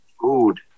Food